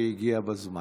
היא הגיעה בזמן.